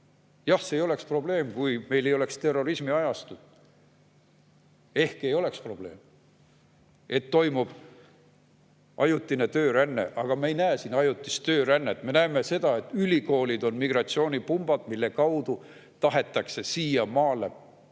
Jah, see ei oleks probleem, kui meil ei oleks terrorismiajastut, ehk ei oleks probleem, et toimub ajutine tööränne. Aga me ei näe siin ajutist töörännet, me näeme seda, et ülikoolid on migratsioonipumbad, mille kaudu tahetakse siia maale tulla